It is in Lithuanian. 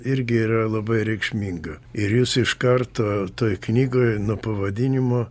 irgi yra labai reikšminga ir jūs iš karto toj knygoj nu pavadinimo